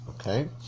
Okay